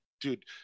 dude